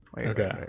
okay